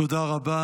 תודה רבה.